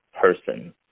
person